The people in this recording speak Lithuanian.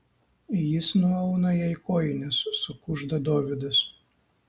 jis nuauna jai kojines sukužda dovydas